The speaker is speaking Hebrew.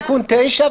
תיקון 9,